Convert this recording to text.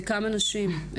כמה נשים?